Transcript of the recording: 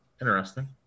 Interesting